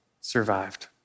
survived